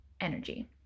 energy